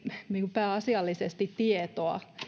pääasiallisesti tietoa